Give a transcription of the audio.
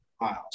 miles